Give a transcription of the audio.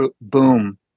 boom